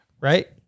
Right